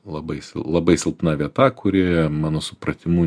labai sil labai silpna vieta kuri mano supratimu